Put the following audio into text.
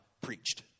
preached